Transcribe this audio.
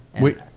wait